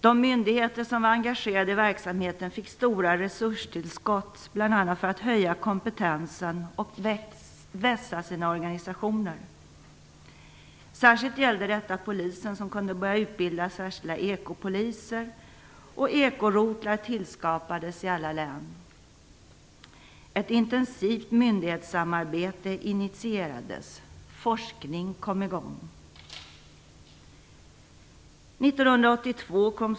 De myndigheter som var engagerade i verksamheten fick stora resurstillskott, bl.a. för att höja kompetensen och vässa sina organisationer. Särskilt gällde detta polisen, som kunde börja utbilda särskilda ekopoliser, och ekorotlar tillskapades i alla län. Ett intensivt myndighetssamarbete initierades. Forskning kom i gång.